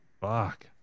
fuck